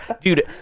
dude